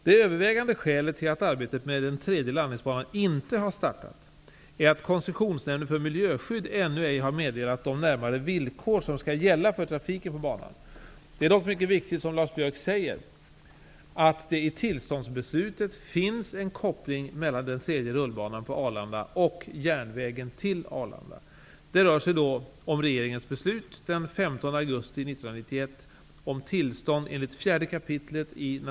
Det övervägande skälet till att arbetet med den tredje landningsbanan inte har startat är att Det är dock mycket riktigt, som Lars Biörck säger, att det i tillståndsbeslutet finns en koppling mellan den tredje rullbanan på Arlanda och järnvägen till Arlanda. Det rör sig då om regeringens beslut den